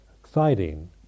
exciting